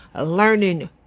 learning